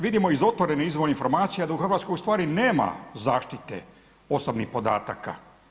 Vidimo iz otvorenih izvora informacija da u Hrvatskoj u stvari nema zaštite osobnih podataka.